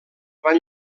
van